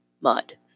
Mud